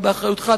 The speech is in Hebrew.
ובאחריותך,